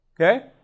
Okay